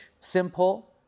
simple